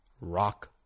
rock